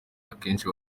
akenshi